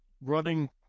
running